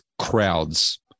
crowds